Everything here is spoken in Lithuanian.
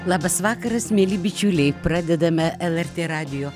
labas vakaras mieli bičiuliai pradedame lrt radijo